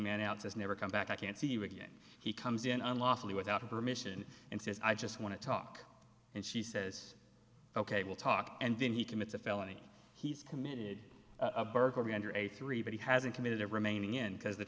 man out as never come back i can't see you again he comes in unlawfully without permission and says i just want to talk and she says ok we'll talk and then he commits a felony he's committing a burglary under a three but he hasn't committed a remaining in because the